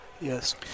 yes